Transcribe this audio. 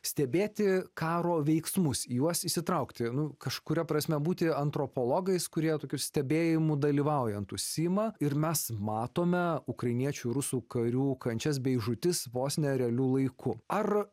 stebėti karo veiksmus į juos įsitraukti nu kažkuria prasme būti antropologais kurie tokių stebėjimų dalyvaujant užsiima ir mes matome ukrainiečių rusų karių kančias bei žūtis vos ne realiu laiku ar